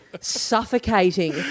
suffocating